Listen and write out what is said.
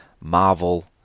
Marvel